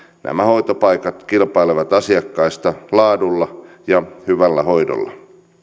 nämä hoitopaikat kilpailevat asiakkaista laadulla ja hyvällä hoidolla